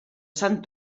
sant